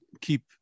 keep